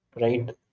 right